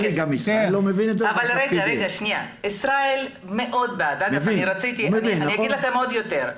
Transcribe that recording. אבל רגע, ישראל מאוד בעד, אגב, אגיד לכם יותר מכך.